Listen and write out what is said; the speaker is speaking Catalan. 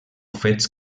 fets